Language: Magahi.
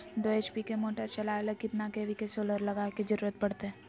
दो एच.पी के मोटर चलावे ले कितना के.वी के सोलर लगावे के जरूरत पड़ते?